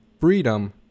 freedom